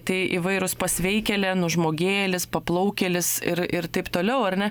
tai įvairūs pasveikelė nužmogėjėlis paplaukėlis ir ir taip toliau ar ne